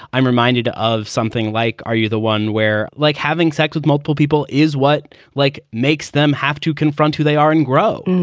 i'm reminded of something like are you the one where like having sex with multiple people is what like makes them have to confront who they are and grow?